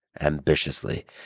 ambitiously